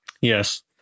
yes